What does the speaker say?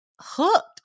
hooked